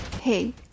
Hey